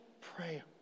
Pray